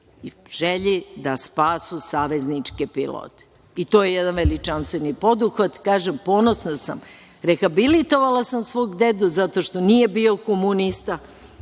u želji da spasu savezničke pilote. To je jedan veličanstveni poduhvat. Kažem, ponosna sam, rehabilitovala sam svog dedu zato što nije bio komunista,